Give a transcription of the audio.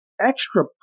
extra